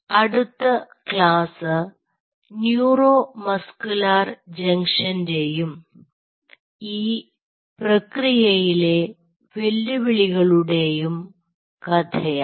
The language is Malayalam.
അടുത്ത ക്ലാസ്സ് ന്യൂറോമസ്കുലർ ജംഗ്ഷന്റെയും ഈ പ്രക്രിയയിലെ വെല്ലുവിളികളുടെയും കഥയാണ്